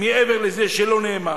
מה שלא נאמר.